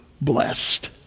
blessed